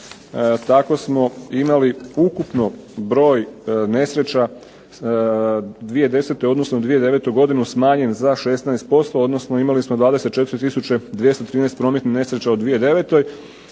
Tako smo imali ukupno broj nesreća 2010., odnosno 2009. godinu smanjen za 16%, odnosno imali smo 24 tisuće 213 prometnih nesreća u 2009., u